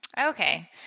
Okay